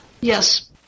Yes